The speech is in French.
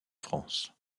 france